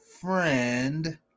friend